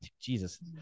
jesus